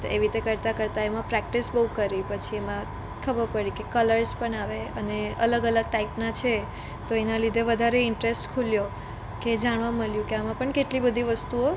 તો એવી રીતે કરતાં કરતાં એમાં પ્રેક્ટિસ બહુ કરી પછી એમાં ખબર પડી કે કલર્સ પણ આવે અને અલગ અલગ ટાઈપના છે તો એના લીધે વધારે ઇન્ટરેસ્ટ ખૂલ્યો કે જાણવા મળ્યું કે આમાં પણ કેટલી બધી વસ્તુઓ